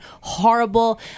horrible